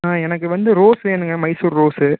அண்ணா எனக்கு வந்து ரோஸ் வேணும்ங்க மைசூர் ரோஸ்ஸு